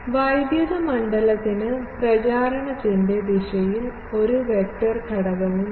വൈദ്യുത മണ്ഡലത്തിന് പ്രചാരണത്തിൻറെ ദിശയിൽ ഒരു വെക്റ്റർ ഘടകവുമില്ല